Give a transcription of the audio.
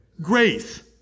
grace